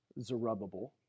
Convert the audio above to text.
Zerubbabel